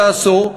את כעסו,